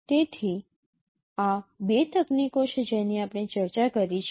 તેથી આ બે તકનીકો છે જેની આપણે ચર્ચા કરી છે